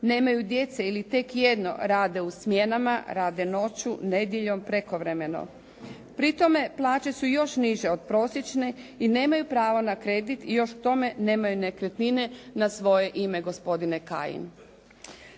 nemaju djece ili tek jedno rade u smjenama, rade noću, nedjeljom, prekovremeno. Pri tome plaće su još niže od prosječne i nemaju pravo na kredit i još k tome nemaju nekretnine na svoje ime gospodine Kajin.